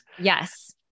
Yes